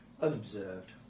unobserved